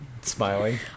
Smiling